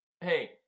Hey